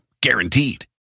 Guaranteed